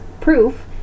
proof